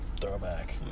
Throwback